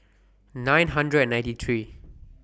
nine hundred and ninety three